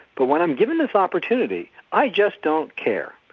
but when i'm given this opportunity i just don't care,